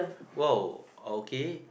!wow! okay